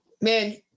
man